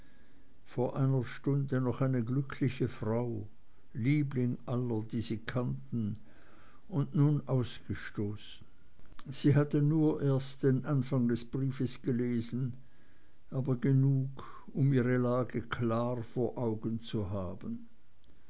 vor einer stunde noch eine glückliche frau liebling aller die sie kannten und nun ausgestoßen sie hatte nur erst den anfang des briefes gelesen aber genug um ihre lage klar vor augen zu haben